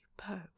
superb